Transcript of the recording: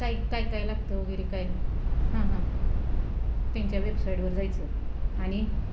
काही काय काय लागतं वगैरे काय हां हां त्यांच्या वेबसाईटवर जायचं आणि